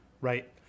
right